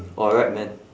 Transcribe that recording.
alright man